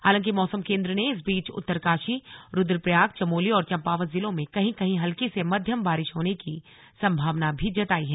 हालांकि मौसम केंद्र ने इस बीच उत्तरकाशी रुद्रप्रयाग चमोली और चंपावत जिलों में कहीं कहीं हल्की से मध्यम बारिश होने की संभावना भी जताई है